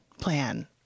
plan